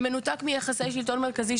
ומנותק מיחסי שלטון מרכזי,